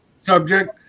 subject